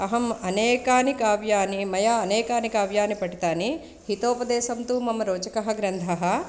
अहम् अनेकानि काव्यानि मया अनेकानि काव्यानि पठितानि हितोपदेशं तु मम रोचकः ग्रन्थः